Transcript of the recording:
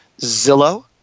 Zillow